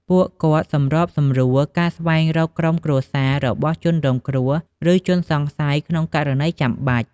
ពួកគាត់សម្របសម្រួលការស្វែងរកក្រុមគ្រួសាររបស់ជនរងគ្រោះ ឬជនសង្ស័យក្នុងករណីចាំបាច់។